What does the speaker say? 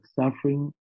suffering